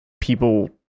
people